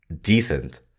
decent